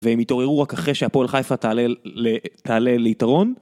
והם יתעוררו רק אחרי שהפועל חיפה תעלה ליתרון.